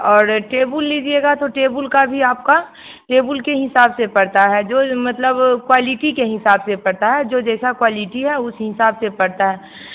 और टेबुल लीजिएगा तो टेबुल का भी आपका टेबुल के हिसाब से पड़ता है जो मतलब क्वालीटी के हिसाब से पड़ता है जो जैसा क्वालीटी है उस हिसाब से पड़ता है